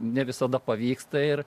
ne visada pavyksta ir